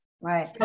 Right